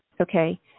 Okay